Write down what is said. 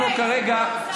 אנחנו כרגע,